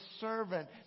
servant